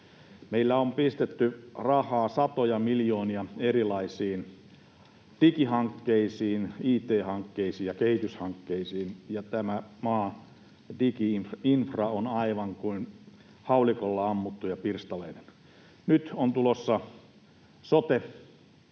Meillä on pistetty rahaa satoja miljoonia erilaisiin digihankkeisiin, it-hankkeisiin ja kehityshankkeisiin, ja tämän maan digi-infra on aivan kuin haulikolla ammuttu ja pirstaleinen. Nyt on tulossa sote,